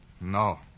No